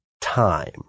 time